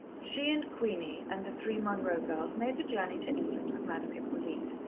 she and queenie and the three munroe girls made the journey to england with madame hippolyte,